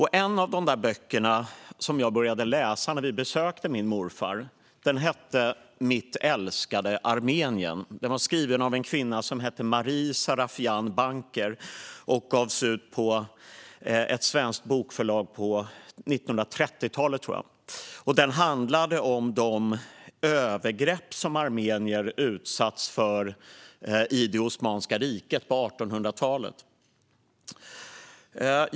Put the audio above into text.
En av böckerna - jag började läsa den när vi besökte min morfar - hette Mitt älskade Armenien . Den var skriven av en kvinna som hette Marie Sarrafian Banker och gavs ut på ett svenskt bokförlag på 1930-talet. Den handlade om de övergrepp som armenier utsatts för i Osmanska riket på 1800-talet.